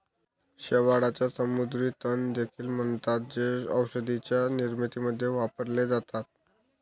शेवाळाला समुद्री तण देखील म्हणतात, जे औषधांच्या निर्मितीमध्ये वापरले जातात